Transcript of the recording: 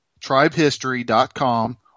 tribehistory.com